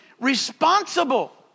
responsible